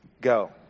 go